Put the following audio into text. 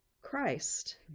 Christ